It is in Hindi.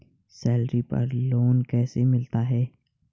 सैलरी पर लोन कैसे मिलता है?